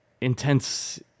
intense